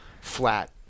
flat